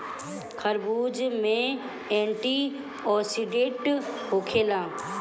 खरबूज में एंटीओक्सिडेंट होखेला